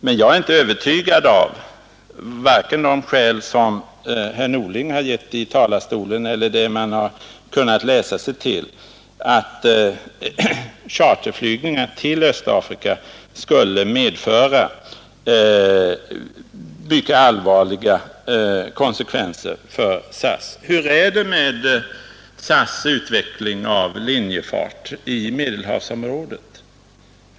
Men jag är inte övertygad om vare sig av det skäl som herr Norling har givit i talarstolen eller av vad man kunnat läsa sig till, att charterflygningar till Östafrika skulle medföra mycket allvarliga konsekvenser för SAS. Hur är det med SAS:s utveckling av linjefarten i Medelhavsområdet?